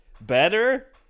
better